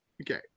Okay